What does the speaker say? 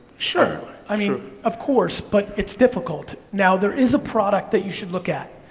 sure. i mean, of course, but it's difficult. now, there is a product that you should look at.